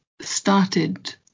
started